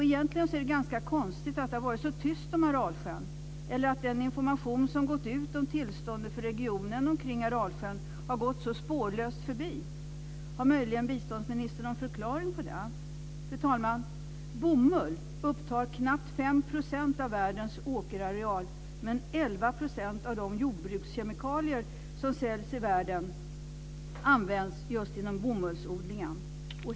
Egentligen är det ganska konstigt att det har varit så tyst om Aralsjön eller att den information som har gått ut om tillståndet för regionen kring Aralsjön har gått så spårlöst förbi. Har möjligen biståndsministern någon förklaring till det? Fru talman! Bomull upptar knappt 5 % av världens åkerareal, men 11 % av de jordbrukskemikalier som säljs i världen används just inom bomullsodlingen.